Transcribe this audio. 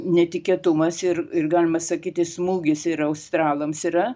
netikėtumas ir ir galima sakyti smūgis ir australams yra